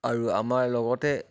আৰু আমাৰ লগতে